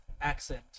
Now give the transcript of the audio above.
accent